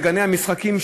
בגני המשחקים,